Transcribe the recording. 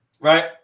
right